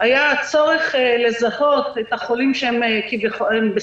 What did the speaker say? הייתה הצורך לזהות את החולים שהם בסיכון,